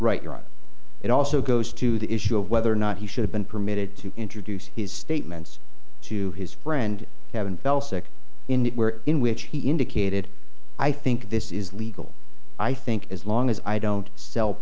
write your own it also goes to the issue of whether or not he should have been permitted to introduce his statements to his friend having fell sick in the in which he indicated i think this is legal i think as long as i don't sell